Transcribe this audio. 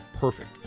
Perfect